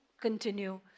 continue